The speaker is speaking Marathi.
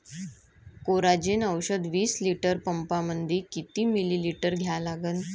कोराजेन औषध विस लिटर पंपामंदी किती मिलीमिटर घ्या लागन?